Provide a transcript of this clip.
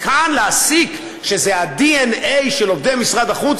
מכאן להסיק שזה הדנ"א של עובדי משרד החוץ